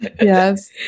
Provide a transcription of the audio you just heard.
yes